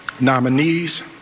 nominees